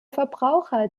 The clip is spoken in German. verbraucher